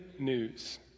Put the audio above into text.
News